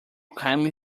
kindly